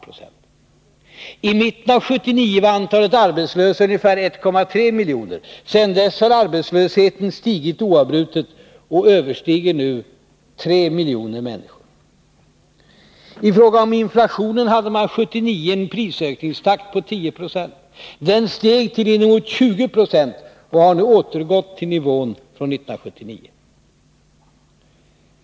I mitten av 1979 var antalet arbetslösa ungefär 1,3 miljoner. Sedan dess har arbetslösheten stigit oavbrutet och överstiger nu 3 miljoner människor. I fråga om inflationen hade man 1979 en prisökningstakt på 10 96. Den steg till inemot 20 96 och har nu återgått till nivån från 1979.